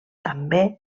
també